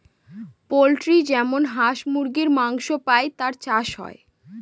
poultry যেমন হাঁস মুরগীর মাংস পাই তার চাষ হয়